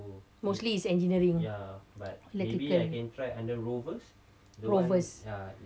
mostly it's engineering electrical rovers